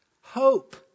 hope